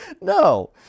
No